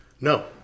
No